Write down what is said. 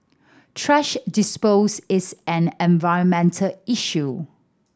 thrash dispose is an environment issue